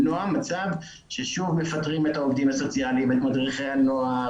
למנוע מצב ששוב מפטרים את העובדים הסוציאליים ואת מדריכי הנוער,